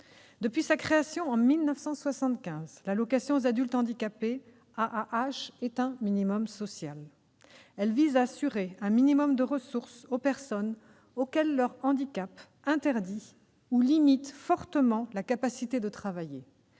Depuis sa création, en 1975, l'allocation aux adultes handicapés est un minimum social. Elle vise à assurer un minimum de ressources aux personnes auxquelles leur handicap interdit de travailler